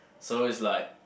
so it's like